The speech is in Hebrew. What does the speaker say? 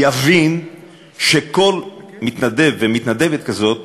יבין שכל מתנדב ומתנדבת כזאת